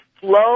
flow